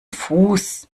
fuß